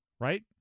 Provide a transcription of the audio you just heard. Right